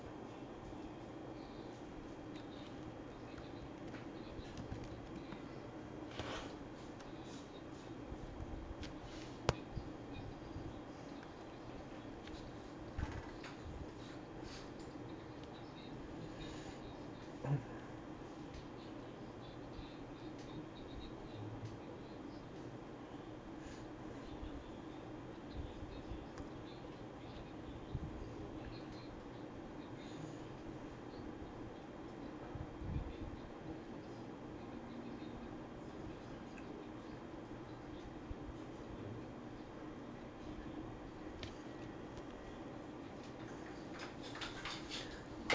mm